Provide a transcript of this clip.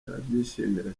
arabyishimira